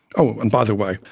oh, and by the way,